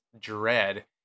dread